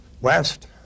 West